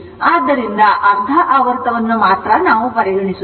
ಆದ್ದರಿಂದ ಅರ್ಧ ಆವರ್ತವನ್ನು ಮಾತ್ರ ನಾವು ಪರಿಗಣಿಸುತ್ತೇವೆ